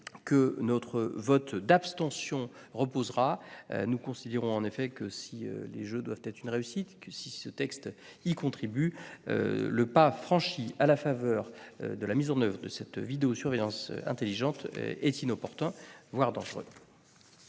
Notre vote d'abstention s'explique par cet article 7. Même si les Jeux doivent être une réussite et que ce texte y contribue, le pas franchi à la faveur de la mise en oeuvre de cette vidéosurveillance intelligente est inopportun, voire dangereux.